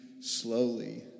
slowly